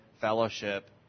fellowship